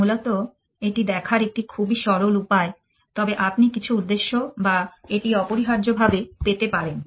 মূলত এটি দেখার একটি খুবই সরল উপায় তবে আপনি কিছু উদ্দেশ্য বা এটি অপরিহার্যভাবে পেতে পারেন